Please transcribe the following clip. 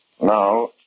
Now